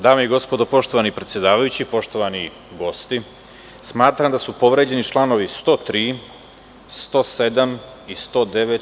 Dame i gospodo, poštovani predsedavajući, poštovani gosti, smatram da su povređeni članovi 103, 107. i 109.